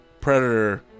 Predator